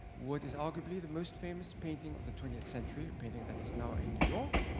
what is arguably the most famous painting of the twentieth century, a painting that is now in new york.